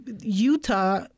Utah